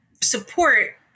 support